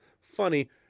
funny